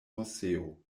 moseo